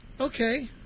Okay